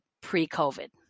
pre-COVID